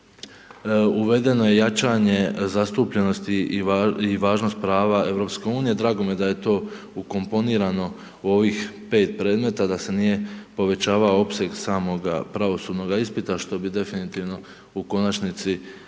uvedeno je jačanje i zastupljenosti i važnost prava EU. Drago mi je da je to ukomponirano u ovih 5 predmeta, da se nije povećavao opseg samoga pravosudnoga ispita, što bi definitivno u konačnici